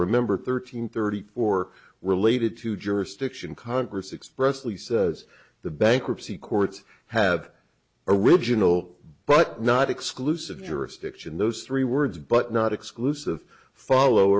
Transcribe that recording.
remember thirteen thirty four related to jurisdiction congress expressly says the bankruptcy courts have original but not exclusive jurisdiction those three words but not exclusive follow